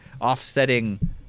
offsetting